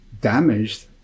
damaged